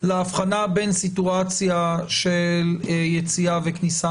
להבחנה בין סיטואציה של יציאה וכניסה